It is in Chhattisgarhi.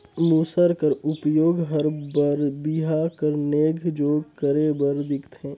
मूसर कर उपियोग हर बर बिहा कर नेग जोग करे बर दिखथे